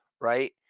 right